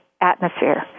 atmosphere